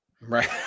Right